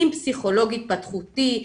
עם פסיכולוג התפתחותי,